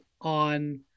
on